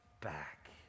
back